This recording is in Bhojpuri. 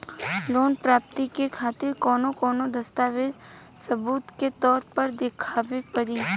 लोन प्राप्ति के खातिर कौन कौन दस्तावेज सबूत के तौर पर देखावे परी?